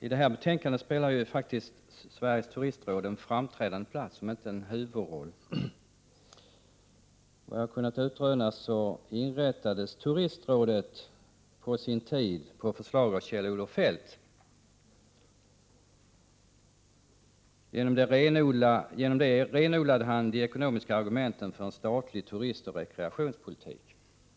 I det här betänkandet spelar ju faktiskt Sveriges turistråd en framträdande roll, om inte en huvudroll. Enligt vad jag har kunnat utröna inrättades Turistrådet på sin tid på förslag av Kjell-Olof Feldt. Genom detta renodlade han de ekonomiska argumenten för en statlig turistoch rekreationspolitik.